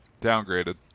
Downgraded